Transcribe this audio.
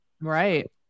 Right